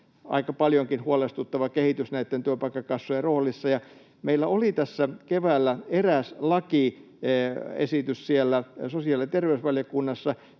aika paljonkin — huolestuttava kehitys näitten työpaikkakassojen roolissa. Ja meillä oli tässä keväällä eräs lakiesitys siellä sosiaali- ja terveysvaliokunnassa,